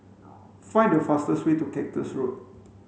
find the fastest way to Cactus Road